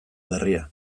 berria